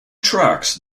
tracks